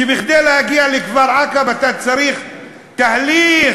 שכדי להגיע לכפר-עקב אתה צריך תהליך?